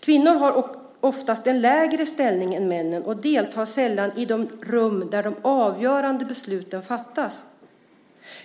Kvinnorna har oftast en lägre ställning än männen och deltar sällan i de rum där de avgörande besluten fattas.